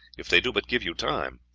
if they do but give you time.